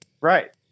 Right